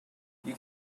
you